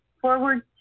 forward